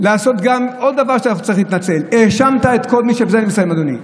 להתנצל על עוד דבר, בזה אני מסיים, אדוני.